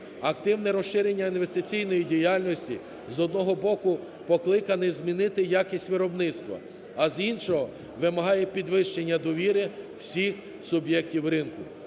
Активне розширення інвестиційної діяльності, з одного боку, покликане змінити якість виробництва, а з іншого – вимагає підвищення довіри всіх суб'єктів ринку.